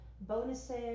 bonuses